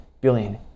billion